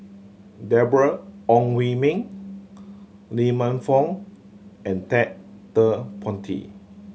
Deborah Ong Hui Min Lee Man Fong and Ted De Ponti